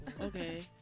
okay